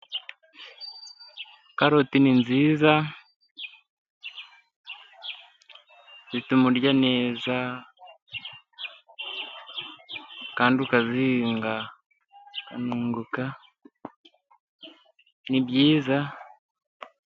Karoti ni nziza zituma urya neza, kandi ukazihinga ukanunguka, ni nziza.